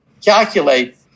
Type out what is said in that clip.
Calculate